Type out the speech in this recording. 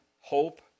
hope